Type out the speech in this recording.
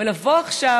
לבוא עכשיו,